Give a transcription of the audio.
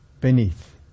beneath